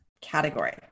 category